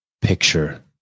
picture